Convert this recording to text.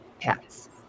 pets